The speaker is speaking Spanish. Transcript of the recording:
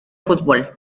fútbol